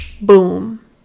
boom